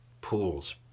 pools